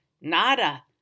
Nada